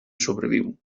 sobreviu